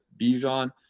Bijan